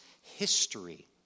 history